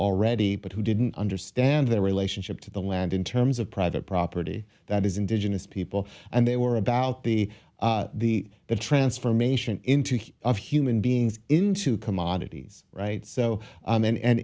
already but who didn't understand their relationship to the land in terms of private property that is indigenous people and they were about the the the transformation into of human beings into commodities right so and